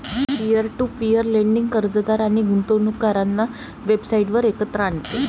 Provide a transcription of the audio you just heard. peer to peer lending कर्जदार आणि गुंतवणूकदारांना वेबसाइटवर एकत्र आणते